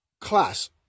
class